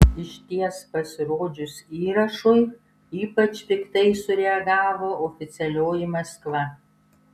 išties pasirodžius įrašui ypač piktai sureagavo oficialioji maskva